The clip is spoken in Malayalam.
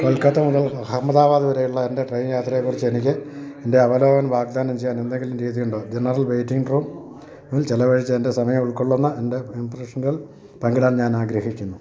കൊൽക്കത്ത മുതൽ അഹമ്മദാബാദ് വരെയുള്ള എൻ്റെ ട്രെയിൻ യാത്രയെക്കുറിച്ച് എനിക്ക് എൻ്റെ അവലോകനം വാഗ്ദാനം ചെയ്യാൻ എന്തെങ്കിലും രീതിയുണ്ടോ ജനറൽ വെയ്റ്റിംഗ് റൂമിൽ ചെലവഴിച്ച എൻ്റെ സമയം ഉൾക്കൊള്ളുന്ന എൻ്റെ ഇംപ്രഷനുകൾ പങ്കിടാൻ ഞാനാഗ്രഹിക്കുന്നു